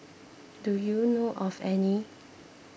do you know of any